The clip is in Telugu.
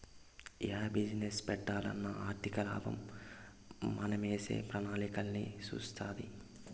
యా బిజీనెస్ పెట్టాలన్నా ఆర్థికలాభం మనమేసే ప్రణాళికలన్నీ సూస్తాది